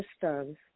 systems